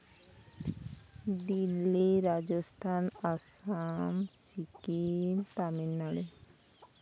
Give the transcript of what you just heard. Delhi Rajasthan Assam Sikkim Tamil Nadu